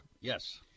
Yes